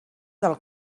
del